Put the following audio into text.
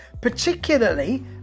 Particularly